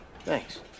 Thanks